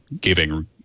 giving